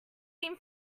been